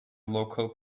local